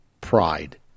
pride